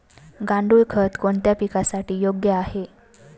गांडूळ खत कोणत्या पिकासाठी योग्य आहे?